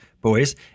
boys